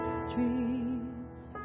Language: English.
streets